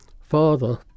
father